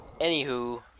Anywho